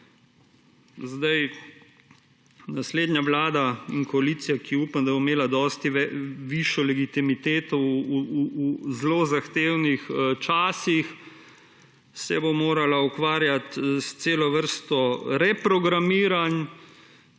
Naslednja vlada in koalicija, ki upam, da bo imela dosti višjo legitimiteto v zelo zahtevnih časih, se bo morala ukvarjati s celo vrsto reprogramiranj